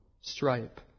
stripe